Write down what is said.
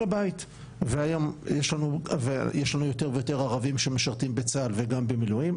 הבית והיום יש לנו יותר ויותר ערבים שמשרתים בצה"ל וגם במילואים,